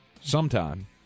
sometime